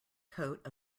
coat